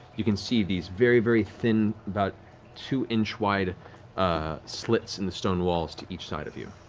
you can see these very, very thin, about two inch wide slits in the stone walls to each side of you.